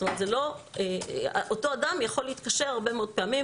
זאת אומרת אותו אדם יכול להתקשר הרבה מאוד פעמים,